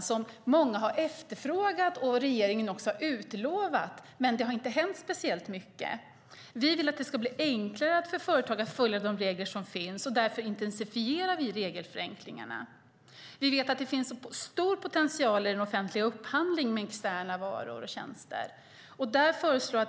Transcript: Det är något som många har efterfrågat och regeringen också har utlovat, men det har inte hänt speciellt mycket. Vi vill att det ska bli enklare för företag att följa de regler som finns. Därför intensifierar vi regelförenklingarna. Vi vet att det finns en stor potential i offentlig upphandling av externa varor och tjänster.